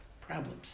problems